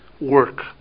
work